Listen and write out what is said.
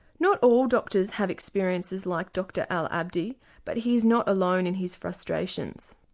not all doctors have experiences like dr al abdi but he's not alone in his frustrations,